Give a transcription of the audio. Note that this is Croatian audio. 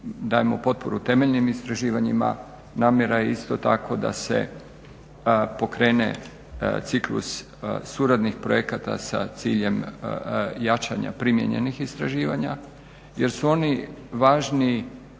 dajemo potporu temeljnim istraživanjima, namjera je isto tako da se pokrene ciklus suradnih projekata sa ciljem jačanja primijenjenih istraživanja jer su oni važni,